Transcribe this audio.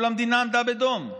כל המדינה עמדה בדום,